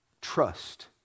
trust